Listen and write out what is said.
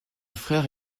frère